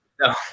No